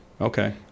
Okay